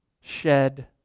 shed